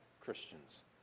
Christians